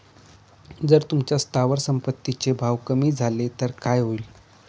जर तुमच्या स्थावर संपत्ती चे भाव कमी झाले तर काय होईल?